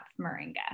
Moringa